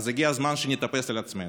אז הגיע הזמן שנתאפס על עצמנו.